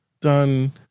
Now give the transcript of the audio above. done